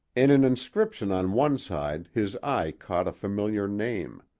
in an inscription on one side his eye caught a familiar name.